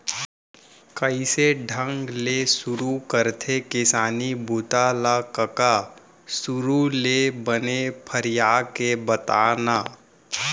कइसे ढंग ले सुरू करथे किसानी बूता ल कका? सुरू ले बने फरिया के बता न